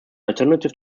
alternative